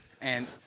And-